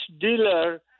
dealer